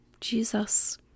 Jesus